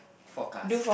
forecast